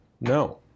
no